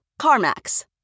CarMax